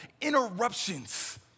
Interruptions